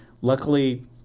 Luckily